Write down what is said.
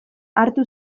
hartu